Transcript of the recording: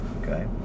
Okay